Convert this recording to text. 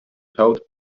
helped